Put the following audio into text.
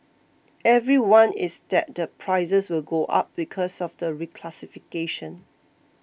everyone is that the prices will go up because of the reclassification